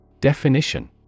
Definition